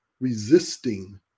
resisting